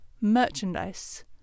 merchandise